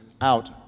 out